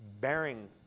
bearing